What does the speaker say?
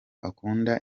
akunda